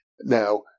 now